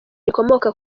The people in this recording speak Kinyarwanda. rikomoka